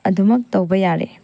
ꯑꯗꯨꯃꯛ ꯇꯧꯕ ꯌꯥꯔꯦ